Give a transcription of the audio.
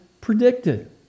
predicted